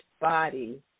body